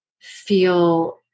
feel